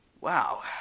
Wow